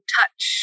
touch